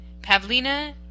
Pavlina